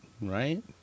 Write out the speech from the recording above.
Right